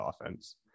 offense